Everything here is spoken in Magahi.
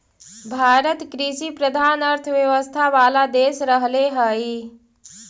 भारत कृषिप्रधान अर्थव्यवस्था वाला देश रहले हइ